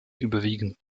überwiegend